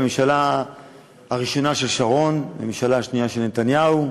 בממשלה הראשונה של שרון ובממשלה השנייה של נתניהו,